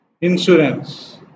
insurance